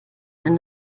einen